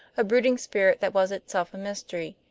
a brooding spirit that was itself a mystery.